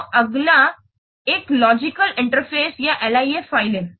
तो अगले एक लॉजिकलइंटरफ़ेस या LIF फ़ाइलें